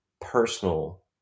personal